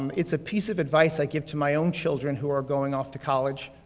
um it's a piece of advice i give to my own children, who are going off to college.